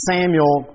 Samuel